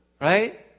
right